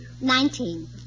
Nineteen